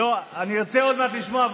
אם אתה רוצה לשמוע,